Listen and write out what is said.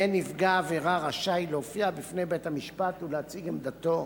יהיה נפגע העבירה רשאי להופיע בפני בית-המשפט ולהציג עמדתו,